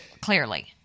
clearly